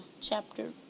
chapter